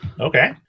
Okay